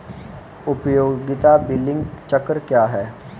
उपयोगिता बिलिंग चक्र क्या है?